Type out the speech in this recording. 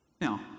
Now